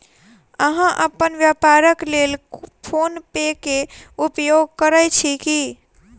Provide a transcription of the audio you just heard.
अहाँ अपन व्यापारक लेल फ़ोन पे के उपयोग करै छी की?